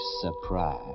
surprise